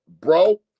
bro